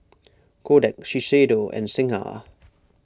Kodak Shiseido and Singha